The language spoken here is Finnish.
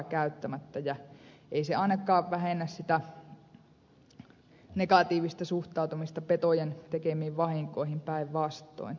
ei se ainakaan vähennä sitä negatiivista suhtautumista petojen tekemiin vahinkoihin päinvastoin